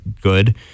good